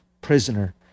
prisoner